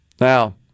Now